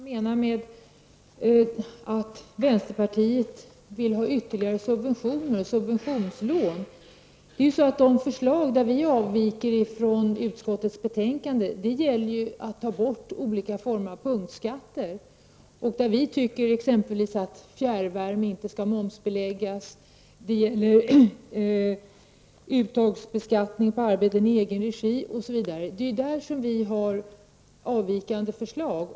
Herr talman! Jag vill fråga Kjell Dahlström vad han menar med att vänsterpartiet vill ha ytterligare subventionslån. Våra förslag som avviker från utskottsmajoritetens går ut på att vi vill ta bort olika former av punktskatter. Vi anser exempelvis att fjärrvärmen inte skall momsbeläggas, och vi föreslår att uttagsbeskattningen på arbeten i egen regi skall slopas. Det är på dessa punkter och andra som vi har avvikande förslag.